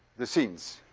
the scenes.